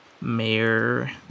Mayor